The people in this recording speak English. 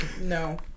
No